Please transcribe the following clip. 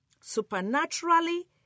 supernaturally